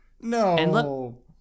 No